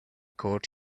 caught